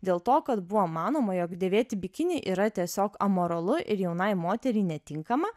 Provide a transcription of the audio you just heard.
dėl to kad buvo manoma jog dėvėti bikinį yra tiesiog amoralu ir jaunai moteriai netinkama